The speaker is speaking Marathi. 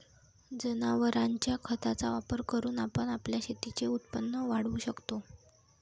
जनावरांच्या खताचा वापर करून आपण आपल्या शेतीचे उत्पन्न वाढवू शकतो